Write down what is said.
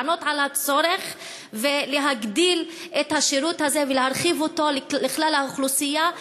לענות על הצורך ולהגדיל את השירות הזה ולהרחיב אותו לכלל האוכלוסייה.